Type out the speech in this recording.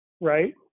Right